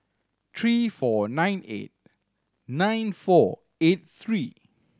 three four nine eight nine four eight three